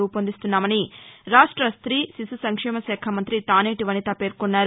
రూపొందిస్తున్నామని రాష్ట స్ట్రీ శిశు సంక్షేమ శాఖ మంతి తానేటి వనిత పేర్కొన్నారు